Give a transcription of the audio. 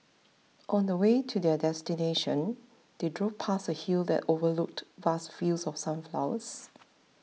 on the way to their destination they drove past a hill that overlooked vast fields of sunflowers